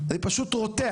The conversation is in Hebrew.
זה מרתיח.